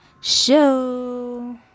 Show